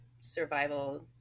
survival